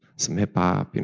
some hip hop, you know